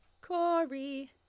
Corey